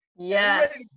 yes